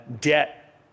debt